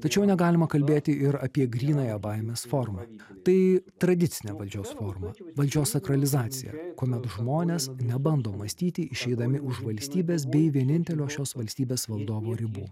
tačiau negalima kalbėti ir apie grynąją baimės formą tai tradicinė valdžios forma valdžios sakralizacija kuomet žmonės nebando mąstyti išeidami už valstybės bei vienintelio šios valstybės valdovo ribų